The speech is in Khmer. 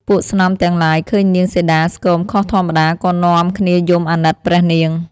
ពួកស្នំទាំងឡាយឃើញនាងសីតាស្គមខុសធម្មតាក៏នាំគ្នាយំអាណិតព្រះនាង។